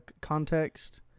context